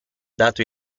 dato